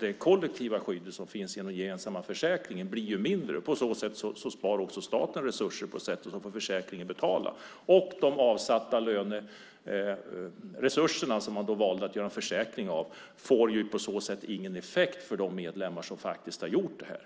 det kollektiva skydd som finns i den gemensamma försäkringen. Det blir mindre, och på så sätt spar också staten resurser, och så får försäkringen betala. De avsatta löneresurser som man valt att göra en försäkring av får på så sätt ingen effekt för de medlemmar som faktiskt har gjort det här.